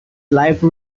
life